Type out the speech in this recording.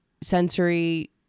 sensory